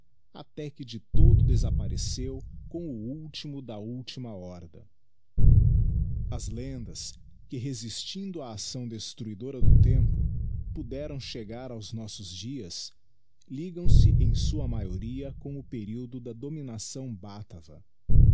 até que de todo desappareceu com o ultimo da ultima horda as lendas que resistindo á acção destruidora do tempo poderam chegar aos nossos dias ligam se em sua maioria com o periodo da dominação bátava